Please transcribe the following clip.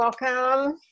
welcome